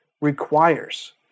requires